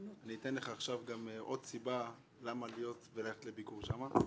אני אתן לך עכשיו גם עוד סיבה למה להיות וללכת ולביקור שם.